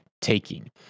taking